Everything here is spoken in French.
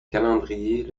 calendrier